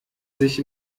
sich